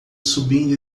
subindo